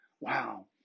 wow